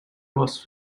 was